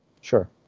Sure